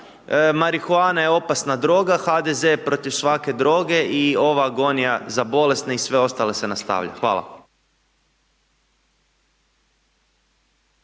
marihuana je opasna droga, HDZ je protiv svake droge i ova agonija za bolesne i sve ostale se nastavlja. Hvala.